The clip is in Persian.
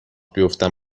بیفتم